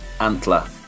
Antler